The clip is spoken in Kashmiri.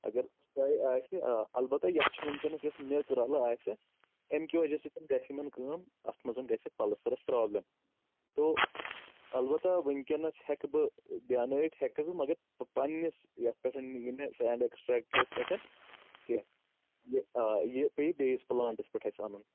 اگر سۄے آسہِ آ البتہ یتھ چھِ وٕنۍکیٚنَس یۄس میٚژ رَلہٕ آسہِ امہِ کہِ وَجہ سۭتۍ گَژھِ یِمَن کٲم اَتھ منٛز گژھٮ۪کھ پَلسترَس پرٛابلِم تو البتہ وٕنۍکٮ۪نَس ہٮ۪کہٕ بہٕ دیانٲیِتھ ہیکس بہٕ مگر پنٛنِس یَتھ پٮ۪ٹھ یہِ مےٚ سینٛڈ اٮ۪کٕسٹرٛیکٹرَس پٮ۪ٹھٕ کیٚنٛہہ یہِ آ یہِ پیٚیہِ بیٚیِس پٕلانٛٹَس پٮ۪ٹھ اَسہِ اَنُن